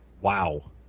Wow